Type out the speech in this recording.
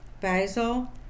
basil